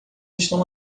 estão